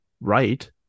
right